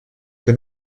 que